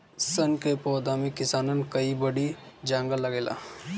सन कअ पौधा में किसानन कअ बड़ी जांगर लागेला